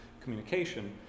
communication